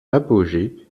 apogée